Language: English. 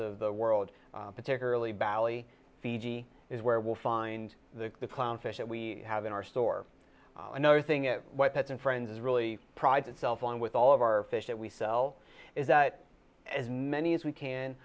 of the world particularly bally fiji is where we'll find the the clown fish that we have in our store another thing is what pets and friends really prides itself on with all of our fish that we sell is that as many as we can